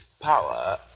power